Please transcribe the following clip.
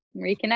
Reconnect